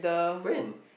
when